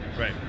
Right